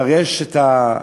כבר יש, אומרים,